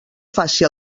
faci